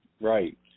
right